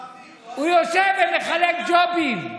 צריך להעביר, הוא יושב ומחלק ג'ובים.